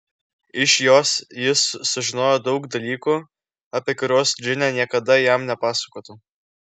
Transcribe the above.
iš jos jis sužinojo daug dalykų apie kuriuos džinė niekada jam nepasakotų